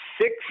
six